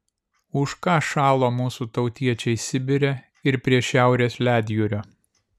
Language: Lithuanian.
už ką šalo mūsų tautiečiai sibire ir prie šiaurės ledjūrio